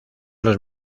los